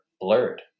blurred